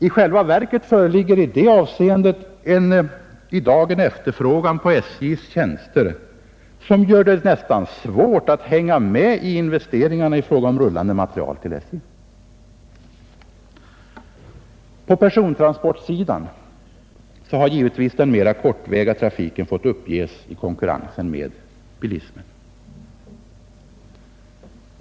I själva verket föreligger i detta avseende i dag en efterfrågan på SJ:s tjänster som gör det nästan svårt att hänga med i investeringarna i fråga om rullande materiel till SJ. På persontransportsidan har givetvis den mera kortväga trafiken fått uppges i konkurrensen med bilismen.